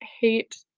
hate